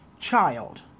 child